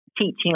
teaching